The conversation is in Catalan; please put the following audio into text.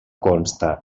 consta